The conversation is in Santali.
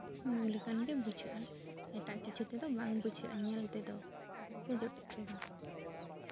ᱧᱩ ᱞᱮᱠᱷᱟᱱ ᱜᱮ ᱵᱩᱡᱷᱟᱹᱜᱼᱟ ᱮᱴᱟᱜ ᱠᱤᱪᱷᱩ ᱛᱮᱫᱚ ᱵᱟᱝ ᱵᱩᱡᱷᱟᱹᱜᱼᱟ ᱧᱮᱞ ᱛᱮᱫᱚ ᱥᱮ ᱡᱚᱴᱮᱫ ᱛᱮᱫᱚ